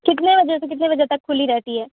کتنے بجے سے کتنے بجے تک کھلی رہتی ہے